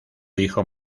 hijo